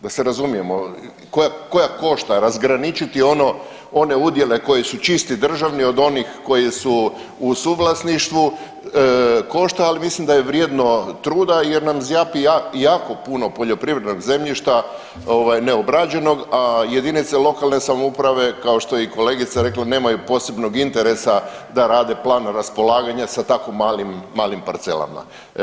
Da se razumijemo, koja košta, razgraničiti one udjele koji su čisti državni od onih koji su u suvlasništvu, košta, ali mislim da je vrijedno truda jer nam zjapi jako puno poljoprivrednog zemljišta neobrađenog, a jedinice lokalne samouprave kao što je i kolegica rekla, nemaju posebnog interesa da rade plan raspolaganja sa tako malim parcelama.